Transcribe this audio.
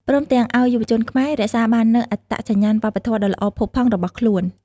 ព្រមទាំងឲ្យយុវជនខ្មែររក្សាបាននូវអត្តសញ្ញាណវប្បធម៌ដ៏ល្អផូរផង់របស់ខ្លួន។